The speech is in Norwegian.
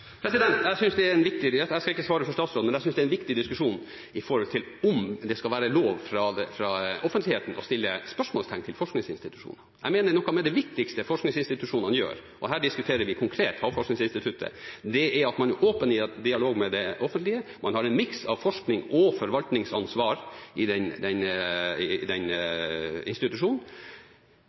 Jeg skal ikke svare for statsråden, men jeg synes det er en viktig diskusjon om det skal være lov for offentligheten å sette spørsmålstegn ved forskningsinstitusjonene. Jeg mener noe av det viktigste forskningsinstitusjonene gjør – og her diskuterer vi konkret Havforskningsinstituttet – er å være i åpen dialog med det offentlige og ha en miks av forsknings- og forvaltningsansvar i